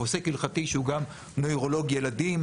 הוא פוסק הלכתי שהוא גם נוירולוג ילדים.